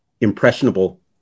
impressionable